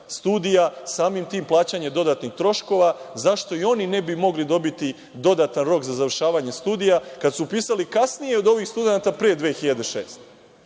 studija, samim tim na dodatno plaćanje troškova. Zašto i oni ne bi mogli dobiti dodatan rok za završavanje studija kada su upisali kasnije od ovih studenata 2006.